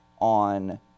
on